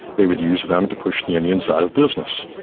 they would use them to push the um the inside of business,